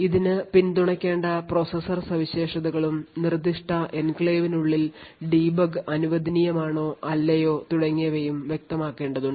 ഇതിന് പിന്തുണയ്ക്കേണ്ട പ്രോസസർ സവിശേഷതകളും നിർദ്ദിഷ്ട എൻക്ലേവിനുള്ളിൽ ഡീബഗ് അനുവദനീയമോ അല്ലയോ തുടങ്ങിയവയും വ്യക്തമാക്കേണ്ടതുണ്ട്